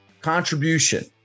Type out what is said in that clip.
contribution